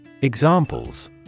Examples